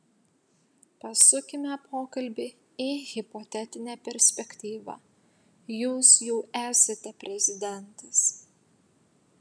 pasukime pokalbį į hipotetinę perspektyvą jūs jau esate prezidentas